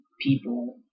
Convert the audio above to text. people